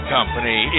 Company